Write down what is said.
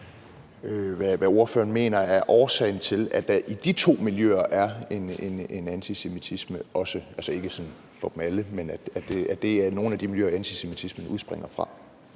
hvad ordføreren mener er årsagen til, at der i de to miljøer også er en antisemitisme, altså ikke i dem alle, men at det er nogle af de miljøer, antisemitismen udspringer fra.